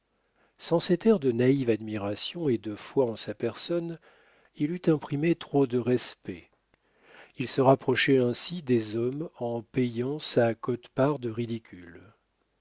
sans cet air de naïve admiration et de foi en sa personne il eût imprimé trop de respect il se rapprochait ainsi des hommes en payant sa quote part de ridicule